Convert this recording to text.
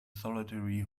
solitary